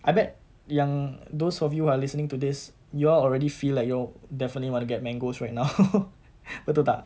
I bet yang those of you who are listening to this you all already feel like you all definitely want to get mangoes right now betul tak